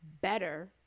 better